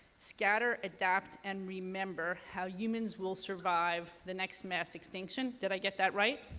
scatter, adapt and remember how humans will survive the next mass extinction did i get that right?